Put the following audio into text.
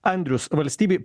andrius valstybei